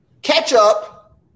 Ketchup